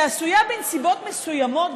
שעשויה בנסיבות מסוימות,